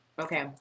Okay